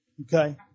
okay